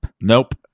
Nope